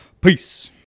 peace